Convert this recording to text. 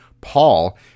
Paul